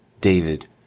David